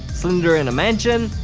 slender in a mansion,